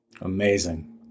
Amazing